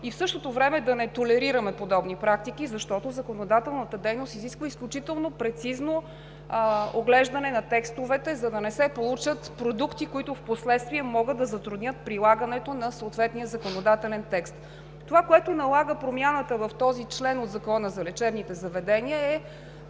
и в същото време да не толерираме подобни практики, защото законодателната дейност изисква изключително прецизно оглеждане на текстовете, за да не се получат продукти, които в последствие могат да затруднят прилагането на съответния законодателен текст. Това, което налага промяната в този член от Закона за лечебните заведения, е